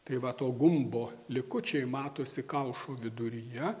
tai va to gumbo likučiai matosi kaušo viduryje